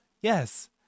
yes